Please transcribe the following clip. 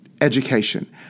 education